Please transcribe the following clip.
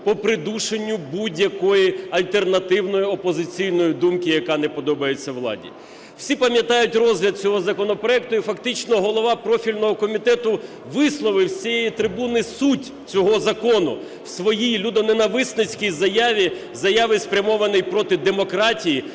по придушенню будь-якої альтернативної опозиційної думки, яка не подобається владі. Всі пам'ятають розгляд цього законопроекту, і фактично голова профільного комітету висловив з цієї трибуни суть цього закону в своїй людоненависницькій заяві, спрямованій проти демократії,